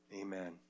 Amen